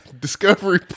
Discovery